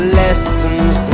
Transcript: lessons